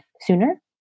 sooner